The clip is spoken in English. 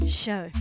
show